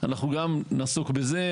אנחנו גם נעסוק בזה,